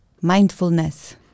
mindfulness